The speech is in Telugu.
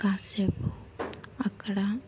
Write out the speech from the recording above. కాసేపు అక్కడ